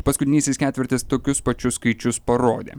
paskutinysis ketvirtis tokius pačius skaičius parodė